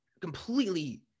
completely